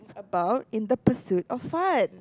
about in the pursue of fun